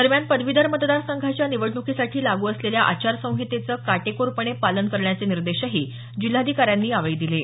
दरम्यान पदवीधर मतदार संघाच्या निवडणुकीसाठी लागू असलेल्या आचारसंहितेचं काटेकोरपणे पालन करण्याचे निर्देश जिल्हाधिकाऱ्यांनी दिले आहेत